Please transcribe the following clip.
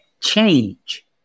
change